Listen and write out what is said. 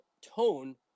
tone